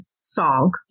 song